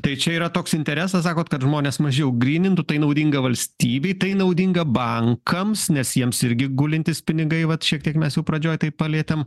tai čia yra toks interesas sakot kad žmonės mažiau grynintų tai naudinga valstybei tai naudinga bankams nes jiems irgi gulintys pinigai vat šiek tiek mes jau pradžioj tai palietėm